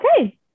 okay